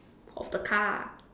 of the car